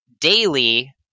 daily